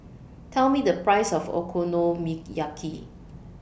Tell Me The Price of Okonomiyaki